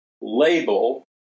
label